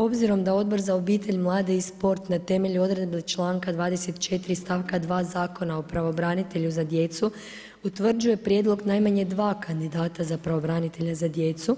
Obzirom da Odbor za obitelj, mlade i sport na temelju odredbe članka 24. stavka 2. Zakona o pravobranitelju za djecu utvrđuje prijedlog najmanje dva kandidata za pravobranitelja za djecu,